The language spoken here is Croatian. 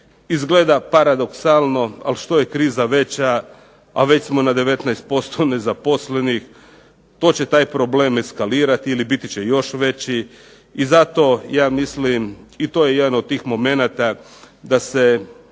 Izgleda paradoksalno, ali što je kriza veća, a već smo na 19% nezaposlenih to će taj problem eskalirati ili biti će još veći, i zato ja smilim i to je jedan od tih momenata da se,